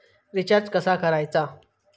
Recharge कसा करायचा?